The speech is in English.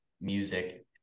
music